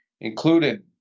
included